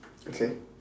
okay